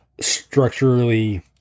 structurally